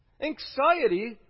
Anxiety